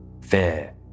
fair